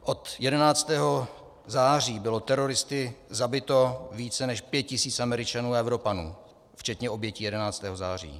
Od 11. září bylo teroristy zabito více než pět tisíc Američanů a Evropanů včetně obětí 11. září.